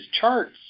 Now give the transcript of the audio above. charts